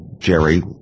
Jerry